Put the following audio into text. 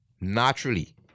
naturally